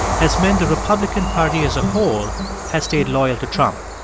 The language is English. has meant the republican party as a whole has stayed loyal to trump.